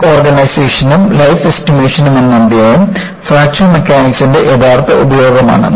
crack ഓർഗനൈസേഷനും life എസ്റ്റിമേഷനും എന്ന അധ്യായം ഫ്രാക്ചർ മെക്കാനിക്സിന്റെ യഥാർത്ഥ ഉപയോഗമാണ്